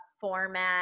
format